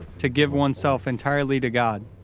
to give oneself entirely to god.